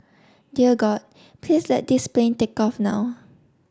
dear God please let this plane take off now